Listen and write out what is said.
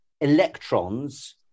electrons